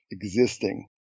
existing